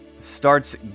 starts